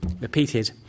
repeated